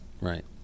Right